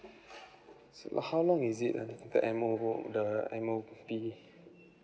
so how long is it ah the M_O the M_O_P